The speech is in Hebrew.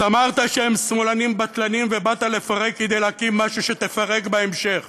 אז אמרת שהם שמאלנים בטלנים ובאת לפרק כדי להקים משהו שתפרק בהמשך.